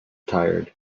tired